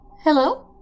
Hello